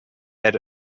had